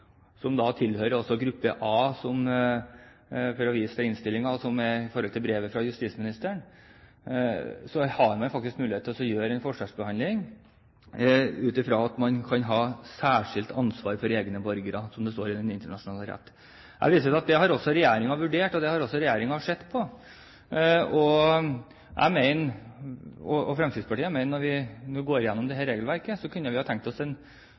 som da tilhører gruppe A, for å vise til innstillingen og brevet fra justisministeren. Man har faktisk mulighet til å forskjellsbehandle ut fra at man kan ha særskilt ansvar for egne borgere, som det står i den internasjonale retten. Jeg viser til at det har også regjeringen vurdert og sett på. Vi i Fremskrittspartiet kunne, når vi nå har gått igjennom dette regelverket, tenkt oss at regjeringen også hadde utfordret EØS-reglementet på